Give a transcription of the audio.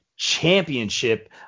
championship